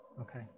Okay